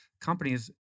companies